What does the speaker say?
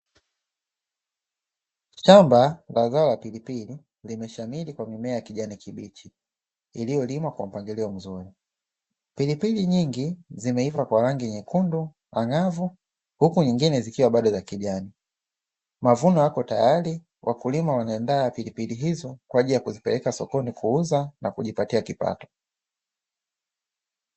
Shamba la zao la pilipili limeshamiri kwa mimea ya kijani kibichi iliyolimwa kwa mpangilio mzuri. Pilipili nyingi zimeiva kwa rangi nyekundu ang'avu huku nyingine zikiwa bado za kijani. Mavuno yako tayari, wakulima wanaandaa pilipili hizo kwa ajili ya kuzipeleka sokoni kuuza na kujipatia kipato.